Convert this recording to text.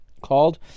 called